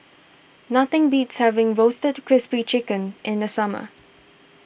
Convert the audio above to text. nothing beats having Roasted Crispy Chicken in the summer